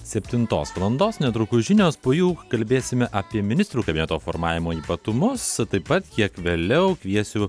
septintos valandos netrukus žinios po jų kalbėsime apie ministrų kabineto formavimo ypatumus taip pat kiek vėliau kviesiu